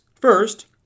First